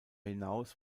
hinaus